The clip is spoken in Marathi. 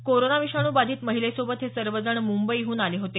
कोरोना विषाणूबाधित महिलेसोबत हे सर्वजण मुंबईहून आले होते